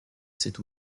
cette